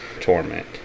Torment